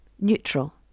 neutral